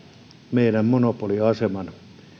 meidän monopoliaseman